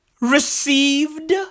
received